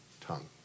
tongue